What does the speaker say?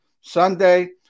Sunday